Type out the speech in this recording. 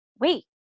wait